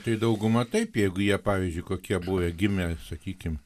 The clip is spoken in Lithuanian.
tai dauguma taip jeigu jie pavyzdžiui kokie buvę gimė sakykim